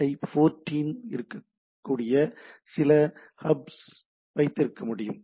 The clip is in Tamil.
ஐ 14 இருக்கக்கூடிய பிற ஹாப்ஸை வைத்திருக்க முடியும்